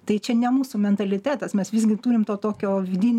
tai čia ne mūsų mentalitetas mes visgi turim to tokio vidinio